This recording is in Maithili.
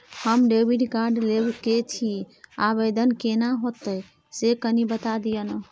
हम डेबिट कार्ड लेब के छि, आवेदन केना होतै से कनी बता दिय न?